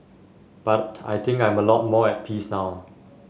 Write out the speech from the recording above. but I think I'm a lot more at peace now